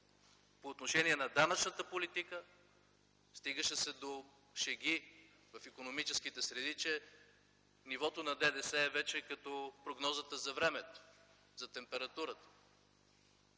по отношение на данъчната политика. Стигаше се до шеги в икономическите среди, че нивото на ДДС е вече като прогнозата за времето, за температурата.